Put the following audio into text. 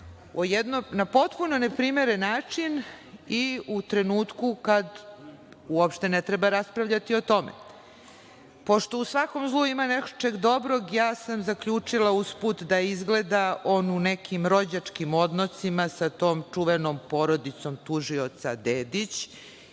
na potpuno neprimeren način i u trenutku kad uopšte ne treba raspravljati o tome. Pošto u svakom zlu ima nečeg dobrog, ja sam zaključila usput da je on izgleda u nekim rođačkim odnosima sa tom čuvenom porodicom tužioca Dedić,